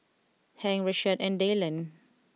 Hank Rashaad and Dyllan